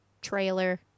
trailer